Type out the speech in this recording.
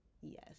Yes